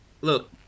Look